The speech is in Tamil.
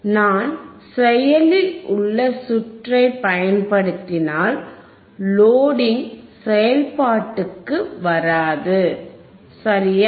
நான் செயலில் உள்ள சுற்றை பயன்படுத்தினால் லோடிங் செயல்பாட்டுக்கு வராது சரியா